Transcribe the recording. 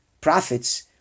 prophets